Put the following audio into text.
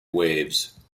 waves